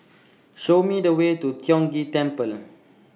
Show Me The Way to Tiong Ghee Temple